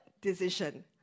decision